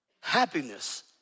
happiness